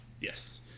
yes